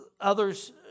others